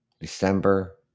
December